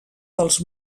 dels